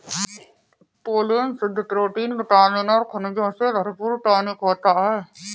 pollen शुद्ध protein vitamin और खनिजों से भरपूर टॉनिक होता है